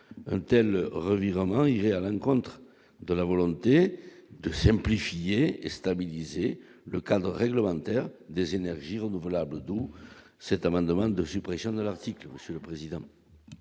untel revivant irait à l'encontre de la volonté de simplifier et stabiliser le cadre réglementaire des énergies renouvelables, d'où cet amendement de suppression de l'article sur le président.